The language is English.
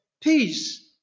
peace